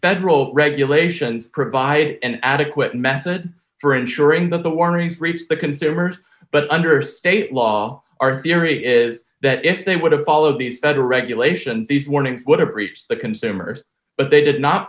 federal regulations provide an adequate method for ensuring that the warnings reaps the consumer but under state law are fury is that if they would have followed these federal regulation these warnings would have reached the consumers but they did not